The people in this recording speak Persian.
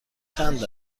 چند